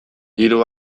hiru